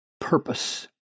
purpose